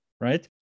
right